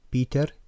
Peter